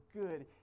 good